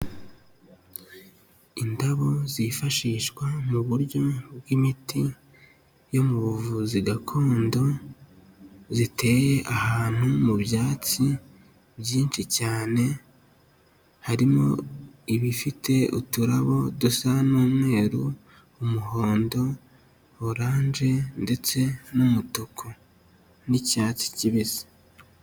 Indabo zifashishwa mu buryo bw'imiti yo mu buvuzi gakondo, ziteye ahantu mu byatsi byinshi cyane, harimo ibifite uturabo dusa n'umweru, umuhondo, oranje ndetse n'umutuku n'icyatsi kibisi.